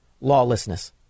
lawlessness